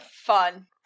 Fun